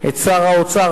את שר האוצר,